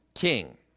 king